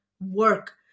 work